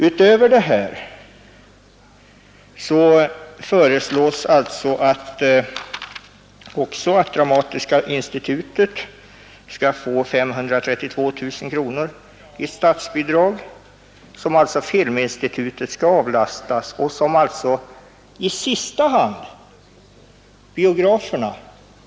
Utöver detta föreslås att Dramatiska institutet skall få 532 000 kronor i statsbidrag, vilket belopp skall avlastas filminstitutet och i sista hand biograferna.